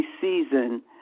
season